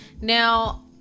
Now